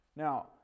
Now